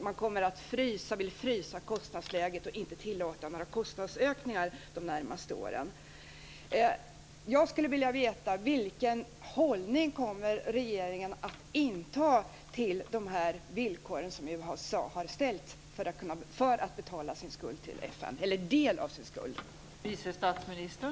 Vidare vill man frysa kostnadsläget och inte tillåta några kostnadsökningar de närmaste åren. Jag skulle vilja veta: Vilken hållning kommer regeringen att inta till de här villkoren som USA har ställt för att betala en del av sin skuld till FN?